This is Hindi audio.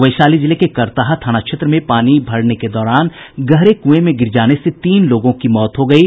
वैशाली जिले के करताहां थाना क्षेत्र में पानी भरने के दौरान गहरे कुएं में गिर जाने से तीन लोगों की मौत हो गयी